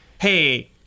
hey